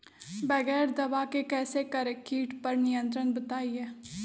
बगैर दवा के कैसे करें कीट पर नियंत्रण बताइए?